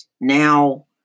now